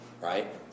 right